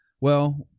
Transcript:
Well-